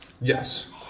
Yes